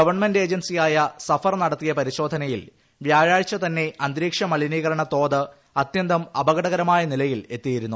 government ഏജൻസിയായ SAFAR നടത്തിയ പരിശോധനയിൽ വ്യാഴാഴ്ച തന്നെ അന്തരീക്ഷ മലിനീകരണ തോത് അത്യന്തം അപകടകരമായ നിലയിലെത്തിയിരുന്നു